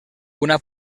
una